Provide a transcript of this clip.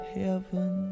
heaven